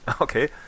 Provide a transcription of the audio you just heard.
Okay